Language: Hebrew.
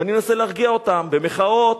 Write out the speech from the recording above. אני מנסה להרגיע אותם, במחאות.